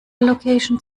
location